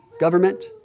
government